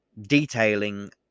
detailing